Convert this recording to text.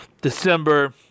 December